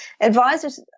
advisors